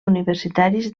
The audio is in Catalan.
universitaris